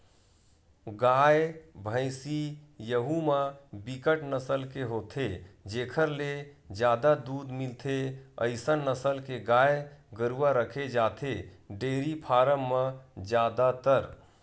गाय, भइसी यहूँ म बिकट नसल के होथे जेखर ले जादा दूद मिलथे अइसन नसल के गाय गरुवा रखे जाथे डेयरी फारम म जादातर